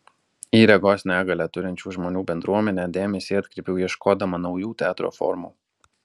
į regos negalią turinčių žmonių bendruomenę dėmesį atkreipiau ieškodama naujų teatro formų